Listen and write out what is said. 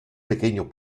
pequeño